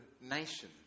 nation